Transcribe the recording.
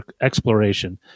exploration